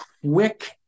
quick